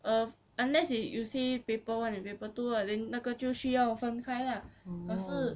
err unless you you see paper one and paper two lah then 那个就需要分开 lah 可是